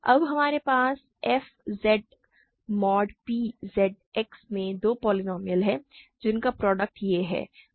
अब हमारे पास f Z mod p Z X में दो पोलीनोमिअल हैं जिनका प्रोडक्ट यह है